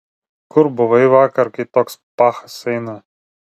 kur buvai vakar kai toks pachas eina